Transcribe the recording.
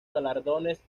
galardones